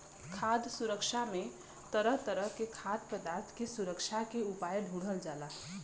खाद्य सुरक्षा में तरह तरह के खाद्य पदार्थ के सुरक्षा के उपाय ढूढ़ल जाला